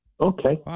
Okay